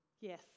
Yes